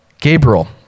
Gabriel